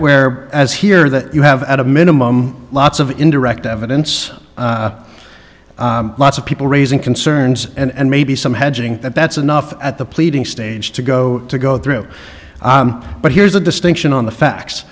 where as here that you have at a minimum lots of indirect evidence lots of people raising concerns and maybe some hedging that's enough at the pleading stage to go to go through but here's a distinction on the facts